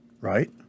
Right